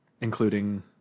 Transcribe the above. Including